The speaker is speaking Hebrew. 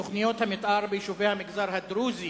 תוכניות המיתאר ביישובי המגזר הדרוזי,